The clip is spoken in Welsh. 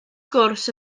gwrs